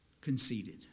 conceded